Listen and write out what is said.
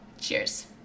cheers